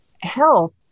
health